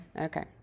Okay